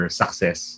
success